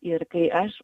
ir kai aš